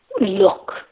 look